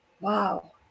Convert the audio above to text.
Wow